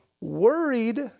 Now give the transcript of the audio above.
worried